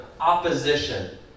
opposition